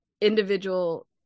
individual